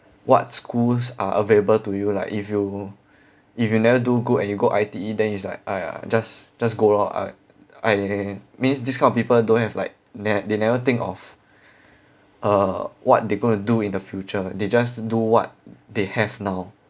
what schools are available to you like if you if you never do good and you go I_T_E then it's like !aiya! just just go lor uh I means this kind of people don't have like ne~ they never think of uh what they gonna do in the future they just do what they have now